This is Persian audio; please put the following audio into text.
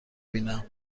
بینم